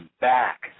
back